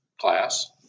class